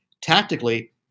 tactically